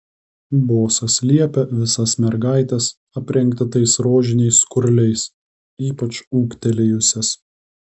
bosas liepia visas mergaites aprengti tais rožiniais skurliais ypač ūgtelėjusias